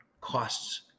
costs